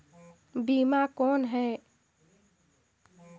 बीमा कौन है?